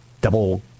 Double